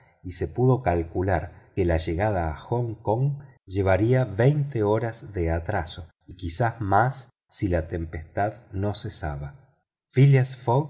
y se pudo calcular que la llegada a hong kong llevaría veinte horas de atraso y quizá más si la tempestad no cesaba phileas